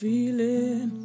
Feeling